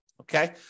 Okay